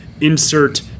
insert